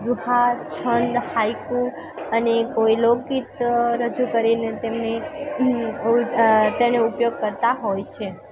દુહા છંદ હાઇકુ અને કોઈ લોકગીત રજૂ કરીને તેમને હોઈતા તેનો ઉપયોગ કરતાં હોય છે